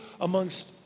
amongst